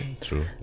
true